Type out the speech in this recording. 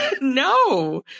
no